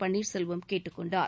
பன்னீர்செல்வம் கேட்டுக் கொண்டார்